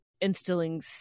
instilling